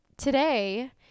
Today